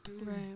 Right